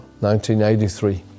1983